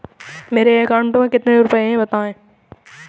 मेरे bank account में कितने रुपए हैं बताएँ?